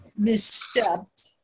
misstepped